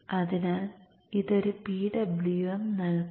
അതിനാൽ ഇത് ഒരു PWM നൽകും